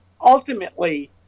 ultimately